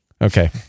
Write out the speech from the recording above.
Okay